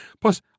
Plus